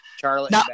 Charlotte